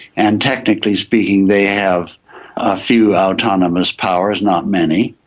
and technically speaking they have a few autonomous powers, not many.